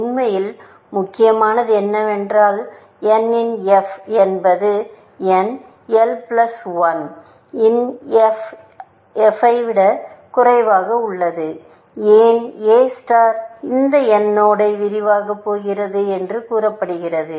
உண்மையில் முக்கியமானது என்னவென்றால் n இன் f என்பது n l பிளஸ் 1 இன் f ஐ விட குறைவாக உள்ளது ஏன் எ ஸ்டார் இந்த n நோடை விரிவாக்கப் போகிறது என்று கூறப்படுகிறது